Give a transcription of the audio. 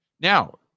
now